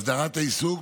הסדרת העיסוק,